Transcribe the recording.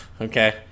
Okay